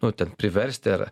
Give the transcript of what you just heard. nu ten priversti ar